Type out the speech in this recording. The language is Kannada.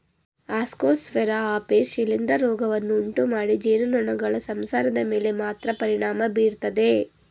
ಆಸ್ಕೋಸ್ಫೇರಾ ಆಪಿಸ್ ಶಿಲೀಂಧ್ರ ರೋಗವನ್ನು ಉಂಟುಮಾಡಿ ಜೇನುನೊಣಗಳ ಸಂಸಾರದ ಮೇಲೆ ಮಾತ್ರ ಪರಿಣಾಮ ಬೀರ್ತದೆ